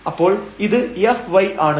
അപ്പോൾ ഇത് fy ആണ്